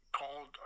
Called